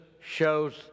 shows